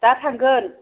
दा थांगोन